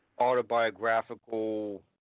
autobiographical